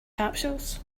capsules